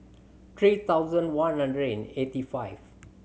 three thousand one hundred and eighty five